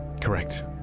Correct